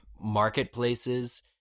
marketplaces